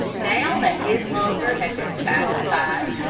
now that his hunger had been satisfied,